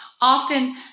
Often